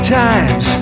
times